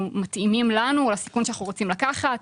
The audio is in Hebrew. שמתאימים לנו או לסיכון שאנחנו רוצים לקחת,